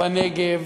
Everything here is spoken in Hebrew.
בנגב,